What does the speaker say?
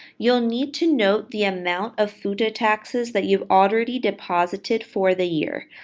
you'll need to note the amount of futa taxes that you've already deposited for the year.